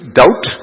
doubt